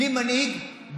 בלי מנהיג,